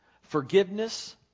Forgiveness